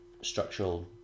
structural